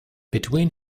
between